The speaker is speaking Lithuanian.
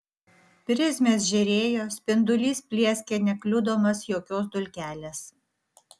prizmės žėrėjo spindulys plieskė nekliudomas jokios dulkelės